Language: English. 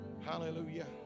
Hallelujah